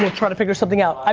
try to figure something out.